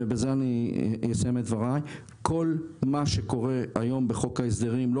כל מה שקורה היום בחוק ההסדרים לא